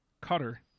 Cutter